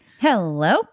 Hello